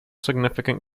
significant